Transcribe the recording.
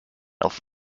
auf